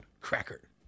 cracker